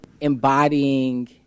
embodying